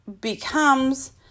becomes